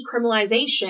decriminalization